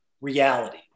reality